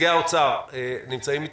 נציגי משרד האוצר הרלוונטיים נמצאים איתנו?